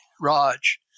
raj